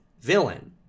villain